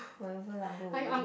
whatever lah go away